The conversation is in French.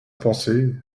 pensée